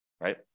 right